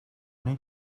money